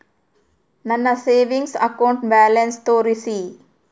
ನನ್ನ savings account balance ತೋರಿಸಿ?